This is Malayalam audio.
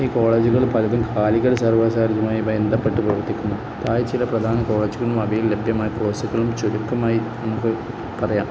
ഈ കോളേജുകള് പലതും കാലിക്കറ്റ് സര്വകലാശാലയുമായി ബന്ധപ്പെട്ടു പ്രവർത്തിക്കുന്നതായ ചില പ്രധാന കോളേജുകളും അവയിൽ ലഭ്യമായ കോഴ്സുകളും ചുരുക്കമായി നമുക്കു പറയാം